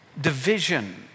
Division